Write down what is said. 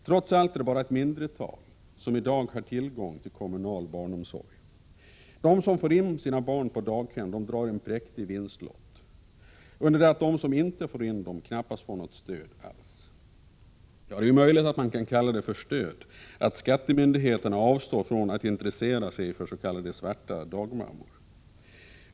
Trots allt är det bara ett mindretal som i dag har tillgång till kommunal barnomsorg. De som får in sina barn på daghem drar en präktig vinstlott, under det att de som inte får in sina barn knappast får något stöd alls. Det är möjligt att man kan kalla det stöd att skattemyndigheterna avstår från att intressera sig för s.k. svarta dagmammor.